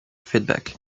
feedback